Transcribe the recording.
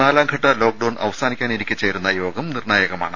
നാലാംഘട്ട ലോക്ഡൌൺ അവസാനിക്കാനിരിക്കെ ചേരുന്ന യോഗം നിർണായകമാണ്